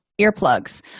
earplugs